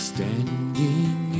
Standing